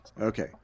Okay